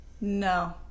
no